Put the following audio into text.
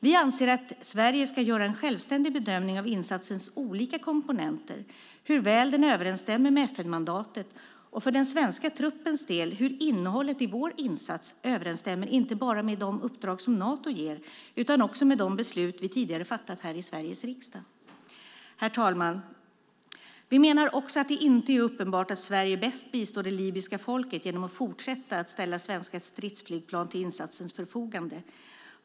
Vi anser att Sverige ska göra en självständig bedömning av insatsens olika komponenter, hur väl den överensstämmer med FN-mandatet och - för den svenska truppens del - hur innehållet i vår insats överensstämmer inte bara med de uppdrag som Nato ger utan också med de beslut vi tidigare fattat här i Sveriges riksdag. Herr talman! Vi menar vidare att det inte är uppenbart att Sverige bäst bistår det libyska folket genom att fortsätta att ställa svenska stridsflygplan till insatsens förfogande.